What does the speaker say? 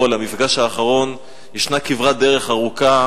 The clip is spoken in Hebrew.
למפגש האחרון ישנה כברת דרך ארוכה,